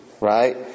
right